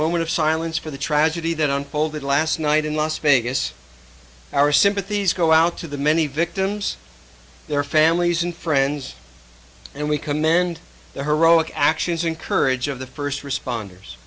moment of silence for the tragedy that unfolded last night in las vegas our sympathies go out to the many victims their families and friends and we commend the heroic actions and courage of the first responders